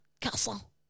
Castle